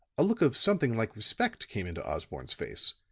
a look of something like respect came into osborne's face.